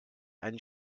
einen